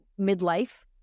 midlife